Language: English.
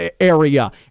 area